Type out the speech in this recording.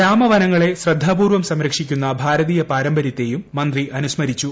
ഗ്രാമവനങ്ങളെ ശ്രദ്ധാപൂർവ്വം സംരക്ഷിക്കുന്ന ഭാരതീയ പാരമ്പര്യത്തേയും മന്ത്രി അനുസ്മരിച്ചു